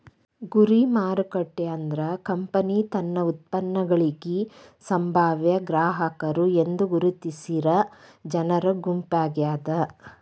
ಗುರಿ ಮಾರುಕಟ್ಟೆ ಅಂದ್ರ ಕಂಪನಿ ತನ್ನ ಉತ್ಪನ್ನಗಳಿಗಿ ಸಂಭಾವ್ಯ ಗ್ರಾಹಕರು ಎಂದು ಗುರುತಿಸಿರ ಜನರ ಗುಂಪಾಗ್ಯಾದ